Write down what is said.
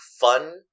fun